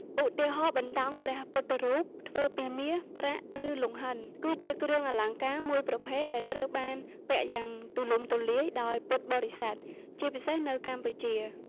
ឧទាហរណ៍ បន្តោងព្រះពុទ្ធរូប ធ្វើពីមាស ប្រាក់ ឬលង្ហិន គឺជាគ្រឿងអលង្ការមួយប្រភេទដែលត្រូវបានពាក់យ៉ាងទូលំទូលាយដោយពុទ្ធបរិស័ទ ជាពិសេសនៅកម្ពុជា។